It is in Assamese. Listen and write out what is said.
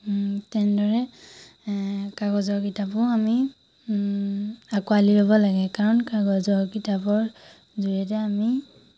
তেনেদৰে এ কাগজৰ কিতাপো আমি আঁকোৱালি ল'ব লাগে কাৰণ কাগজৰ কিতাপৰ জৰিয়তে আমি